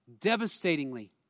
devastatingly